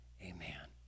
Amen